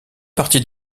partie